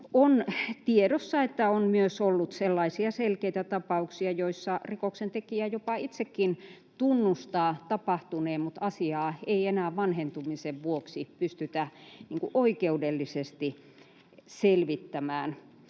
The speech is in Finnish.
on tiedossa, että on myös ollut sellaisia selkeitä tapauksia, joissa rikoksentekijä jopa itsekin tunnustaa tapahtuneen mutta asiaa ei enää vanhentumisen vuoksi pystytä oikeudellisesti selvittämään.